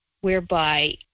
whereby